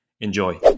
Enjoy